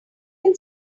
can